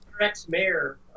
ex-mayor